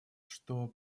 что